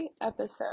episode